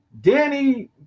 Danny